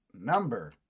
number